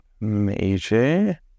major